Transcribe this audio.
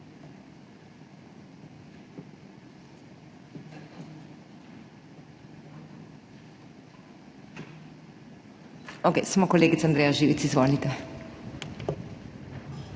Samo kolegica Andreja Živic. Izvolite.